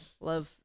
love